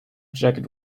jacket